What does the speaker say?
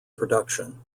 production